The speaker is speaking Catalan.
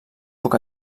puc